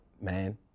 man